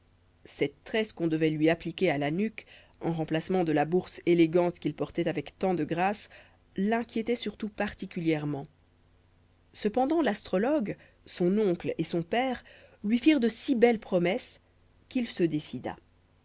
cette tresse qu'on devait lui appliquer à la nuque en remplacement de la bourse élégante qu'il portait avec tant de grâce l'inquiétait surtout particulièrement cependant l'astrologue son oncle et son père lui firent de si belles promesses qu'il se décida